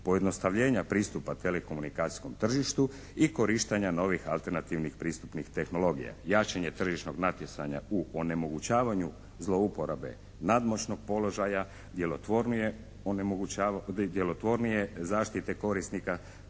pojednostavljena pristupa telekomunikacijskom tržištu i korištenja novih alternativnih pristupnih tehnologija, jačanje tržišnog natjecanja u onemogućavanju zlouporabe nadmoćnog položaja, djelotvornije zaštite korisnika